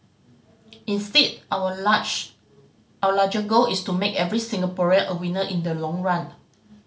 instead our large our larger goal is to make every Singaporean a winner in the long run